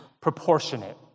proportionate